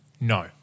No